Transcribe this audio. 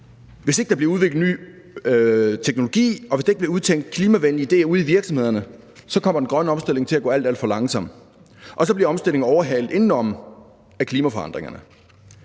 hvis ikke der bliver udviklet ny teknologi, og hvis ikke der bliver udtænkt klimavenlige ideer ude i virksomhederne, så kommer den grønne omstilling til at gå alt, alt for langsomt, og så bliver omstillingen overhalet indenom af klimaforandringerne.